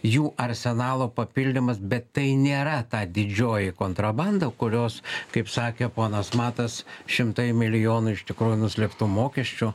jų arsenalo papildymas bet tai nėra ta didžioji kontrabanda kurios kaip sakė ponas matas šimtai milijonų iš tikrųjų nuslėptų mokesčių